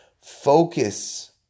Focus